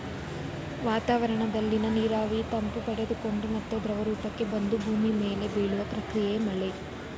ವಾತಾವರಣದಲ್ಲಿನ ನೀರಾವಿ ತಂಪು ಪಡೆದುಕೊಂಡು ಮತ್ತೆ ದ್ರವರೂಪಕ್ಕೆ ಬಂದು ಭೂಮಿ ಮೇಲೆ ಬೀಳುವ ಪ್ರಕ್ರಿಯೆಯೇ ಮಳೆ